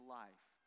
life